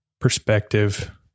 perspective